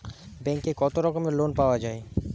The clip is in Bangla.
ব্যাঙ্কে কত রকমের লোন পাওয়া য়ায়?